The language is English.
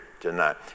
tonight